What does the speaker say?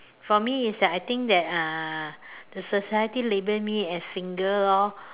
for me is that I think that uh the society label me as single lor